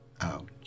out